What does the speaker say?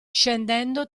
scendendo